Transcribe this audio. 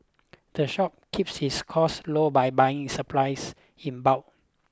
the shop keeps its costs low by buying supplies in bulk